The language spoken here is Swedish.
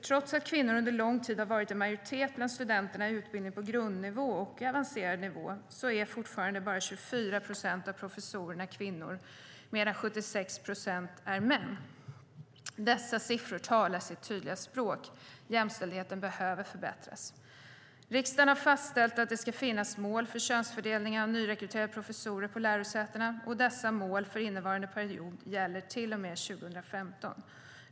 Trots att kvinnor under lång tid har varit i majoritet bland studenterna i utbildning på grundnivå och avancerad nivå är fortfarande bara 24 procent av professorerna kvinnor medan 76 procent är män. Dessa siffror talar sitt tydliga språk. Jämställdheten behöver förbättras. Riksdagen har fastställt att det ska finnas mål för könsfördelningen av nyrekryterade professorer på lärosätena. Dessa mål för innevarande period gäller till och med 2015.